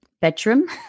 bedroom